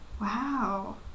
Wow